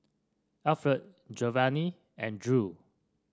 Alferd Jovany and Drew